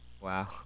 wow